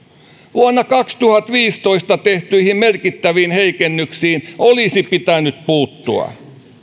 vuonna kaksituhattaviisitoista tehtyihin merkittäviin heikennyksiin olisi pitänyt puuttua